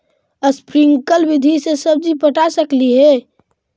Sprinkle विधि से सब्जी पटा सकली हे?